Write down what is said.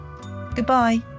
Goodbye